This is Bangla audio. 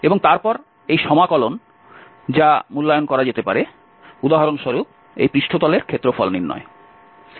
এবং তারপর এই সমাকলন যা মূল্যায়ন করা যেতে পারে উদাহরণস্বরূপ এই পৃষ্ঠতলের ক্ষেত্রফল নির্ণয়